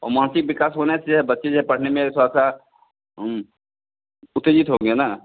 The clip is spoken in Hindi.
औ मानसिक विकास होने से यह बच्चे जे पढ़ने में थोड़ा सा उत्तेजित होंगे ना